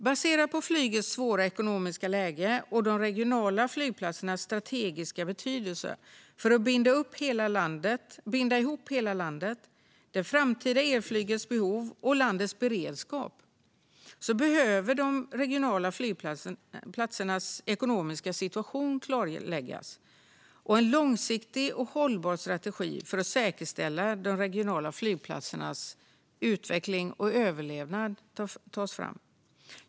Baserat på flygets svåra ekonomiska läge och de regionala flygplatsernas strategiska betydelse för att binda ihop hela landet, det framtida elflygets behov och landets beredskap behöver de regionala flygplatsernas ekonomiska situation klarläggas och en långsiktig och hållbar strategi för att säkerställa de regionala flygplatsernas utveckling och överlevnad tas fram.